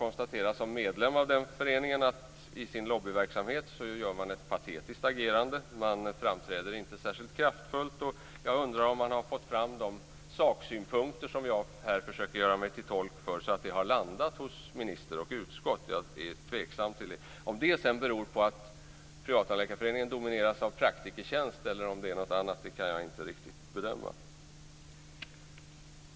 Jag kan som medlem av den föreningen bara konstatera att den har en patetisk lobbyverksamhet och inte framträder särskilt kraftfullt. Jag undrar om den till minister och utskott har fått fram de saksynpunkter som jag här försöker göra mig till talesman för. Jag är tveksam till det. Om misslyckandet beror på att Privattandläkarföreningen domineras av Praktikertjänst eller på något annat kan jag inte riktigt bedöma.